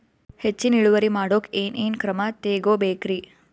ಹೆಚ್ಚಿನ್ ಇಳುವರಿ ಮಾಡೋಕ್ ಏನ್ ಏನ್ ಕ್ರಮ ತೇಗೋಬೇಕ್ರಿ?